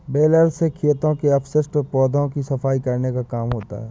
baler से खेतों के अवशिष्ट पौधों की सफाई करने का काम होता है